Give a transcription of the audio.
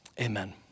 amen